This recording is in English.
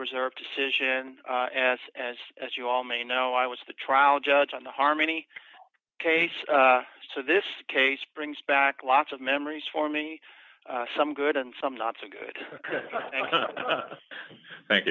reserve decision as you all may know i was the trial judge on the harmony case so this case brings back lots of memories for me some good and some not so good thank